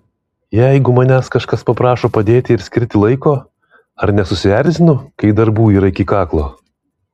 jeigu manęs kažkas paprašo padėti ir skirti laiko ar nesusierzinu kai darbų yra iki kaklo